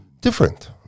different